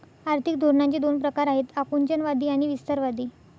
आर्थिक धोरणांचे दोन प्रकार आहेत आकुंचनवादी आणि विस्तारवादी